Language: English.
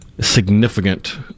significant